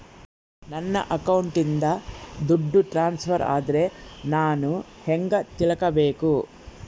ನನ್ನ ಅಕೌಂಟಿಂದ ದುಡ್ಡು ಟ್ರಾನ್ಸ್ಫರ್ ಆದ್ರ ನಾನು ಹೆಂಗ ತಿಳಕಬೇಕು?